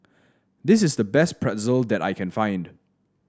this is the best Pretzel that I can find